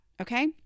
Okay